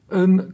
een